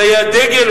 זה היה הדגל,